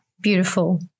Beautiful